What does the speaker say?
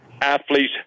athletes